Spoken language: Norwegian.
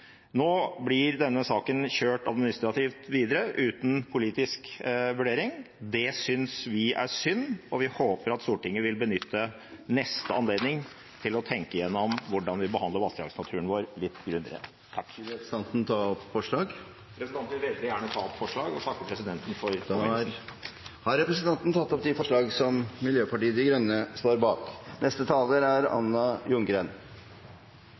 nå. Nå blir denne saken kjørt administrativt videre uten politisk vurdering. Det synes vi er synd. Vi håper at Stortinget vil benytte neste anledning til å tenke gjennom hvordan vi behandler vassdragsnaturen vår litt grundigere. Vil representanten ta opp forslag? Representanten vil veldig gjerne ta opp forslag, og takker presidenten for påminnelsen. Da har representanten Rasmus Hansson tatt opp de forslag som Miljøpartiet De Grønne står bak. Saken vi behandler i dag, er